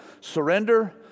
surrender